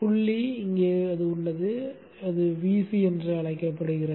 புள்ளி இங்கே உள்ளது மற்றும் அது Vc என்று அழைக்கப்படுகிறது